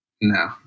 No